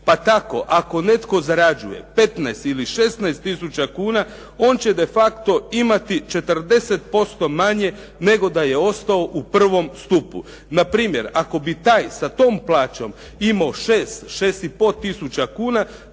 Pa tako, ako netko zarađuje 15 ili 16 tisuća kuna on će de facto imati 40% manje nego da je ostao u prvom stupu. Na primjer, ako bi taj sa tom plaćom imao 6-6,5 tisuća kuna